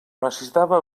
necessitava